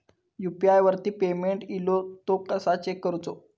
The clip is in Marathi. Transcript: यू.पी.आय वरती पेमेंट इलो तो कसो चेक करुचो?